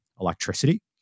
electricity